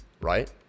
right